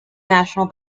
national